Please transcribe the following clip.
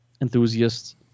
enthusiasts